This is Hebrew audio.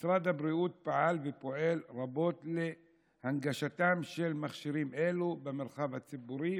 משרד הבריאות פעל ופועל רבות להנגשתם של מכשירים אלו במרחב הציבורי.